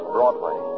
Broadway